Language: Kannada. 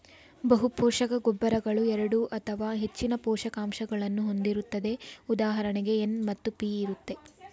ಬಹುಪೋಷಕ ಗೊಬ್ಬರಗಳು ಎರಡು ಅಥವಾ ಹೆಚ್ಚಿನ ಪೋಷಕಾಂಶಗಳನ್ನು ಹೊಂದಿರುತ್ತದೆ ಉದಾಹರಣೆಗೆ ಎನ್ ಮತ್ತು ಪಿ ಇರುತ್ತೆ